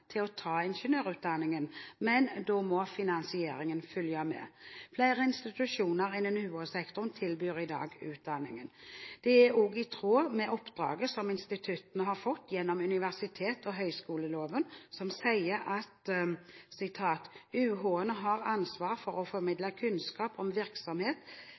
institusjoner innen UH-sektoren tilbyr i dag utdanningen. Det er også i tråd med oppdraget som instituttene har fått gjennom universitets- og høyskoleloven, som sier at de har ansvar for å «formidle kunnskap om